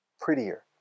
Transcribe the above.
prettier